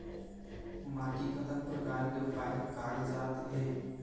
माटी कतक प्रकार के पाये कागजात हे?